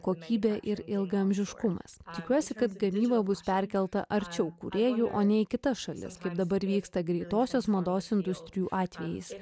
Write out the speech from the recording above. kokybė ir ilgaamžiškumas tikiuosi kad gamyba bus perkelta arčiau kūrėjų o ne į kitas šalis kaip dabar vyksta greitosios mados industrijų atvejais